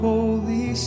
Holy